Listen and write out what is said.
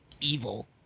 evil